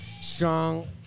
strong